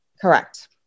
Correct